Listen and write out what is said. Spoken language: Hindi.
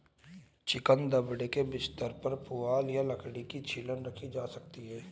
चिकन दड़बे के बिस्तर पर पुआल या लकड़ी की छीलन रखी जा सकती है